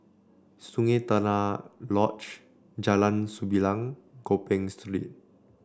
Sungei Tengah Lodge Jalan Sembilang Gopeng Street